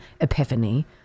epiphany